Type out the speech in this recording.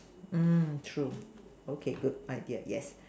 um true okay good idea yes